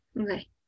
Okay